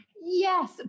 Yes